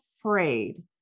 afraid